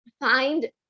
find